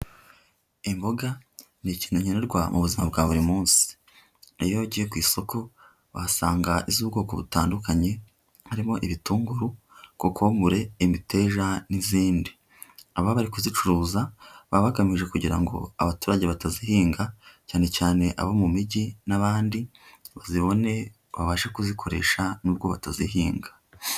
Imboga ni ikintu nkenerwa mu buzima bwa buri munsi, iyo ugiye ku isoko uhasanga iz'ubwoko butandukanye harimo ibitunguru, kokombure, imiteja n'izindi, ababa bari kuzicuruza baba bagamije kugira ngo abaturage batazihinga cyane cyane abo mu mijyi n'abandi bazibone, babashe kuzikoresha n'ubwo batazihinga.